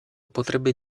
potrebbe